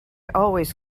always